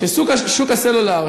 וששוק הסלולר,